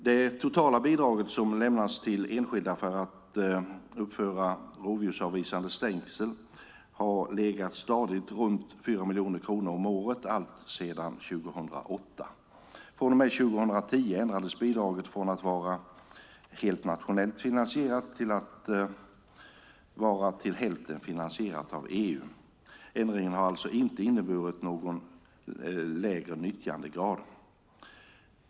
Det totala bidrag som har lämnats till enskilda för att uppföra rovdjursavvisande stängsel har legat stadigt runt 4 miljoner kronor om året alltsedan 2008. Från och med 2010 ändrades bidraget från att vara helt nationellt finansierat till att vara till hälften finansierat av EU. Ändringen har alltså inte inneburit någon lägre nyttjandegrad.